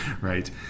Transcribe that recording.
right